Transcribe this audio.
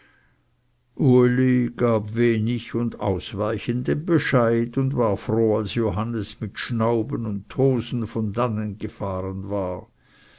uli gab wenig und ausweichenden bescheid und war froh als johannes mit schnauben und tosen von dannen gefahren war